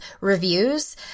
reviews